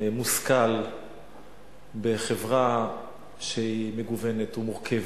מושכל בחברה שהיא מגוונת ומורכבת.